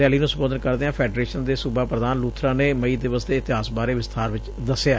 rally ਨੂੰ ਸੰਬੋਧਨ ਕਰਦਿਆਂ ਫੈਡਰੇਸ਼ਨ ਦੇ ਸੂਬਾ ਪ੍ਰਧਾਨ ਲੂਬਰਾ ਨੇ ਮਈ ਦਿਵਸ ਦੇ ਇਤਿਹਾਸ ਬਾਰੇ ਵਿਸਬਾਰ ਵਿਚ ਦਸਿਆ